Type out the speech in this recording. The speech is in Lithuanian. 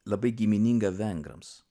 labai gimininga vengrams